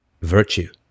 virtue